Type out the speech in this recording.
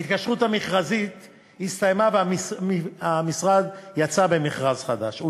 ההתקשרות המכרזית הסתיימה והמשרד יצא במכרז חדש.